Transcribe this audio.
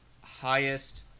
highest